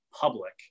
public